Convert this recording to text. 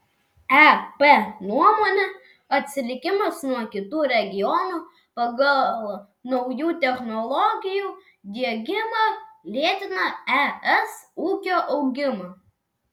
ep nuomone atsilikimas nuo kitų regionų pagal naujų technologijų diegimą lėtina es ūkio augimą